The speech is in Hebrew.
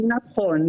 נכון.